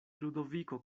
ludoviko